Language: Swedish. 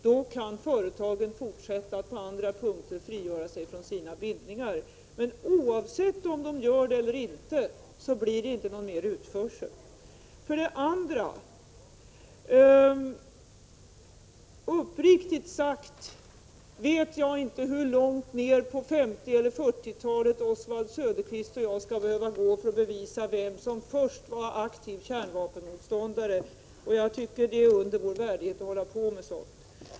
Då kan företagen fortsätta att på andra punkter frigöra sig från sina bindningar. Men oavsett om de gör det eller inte, blir det inte någon ytterligare utförsel. För det andra: Uppriktigt sagt vet jag inte hur långt tillbaka på 1940 eller 1950-talen Oswald Söderqvist och jag skall behöva gå för att kunna bevisa vem som först var aktiv kärnvapenmotståndare. Jag tycker att det är under vår värdighet att hålla på med sådant.